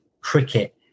cricket